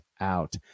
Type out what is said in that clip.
out